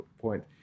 point